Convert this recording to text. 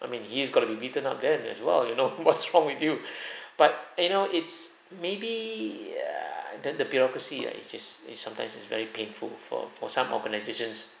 I mean he is gonna be beaten up then as well you know what's wrong with you but you know it's maybe ya then the bureaucracy ah it's just it's sometimes it's very painful for for some organizations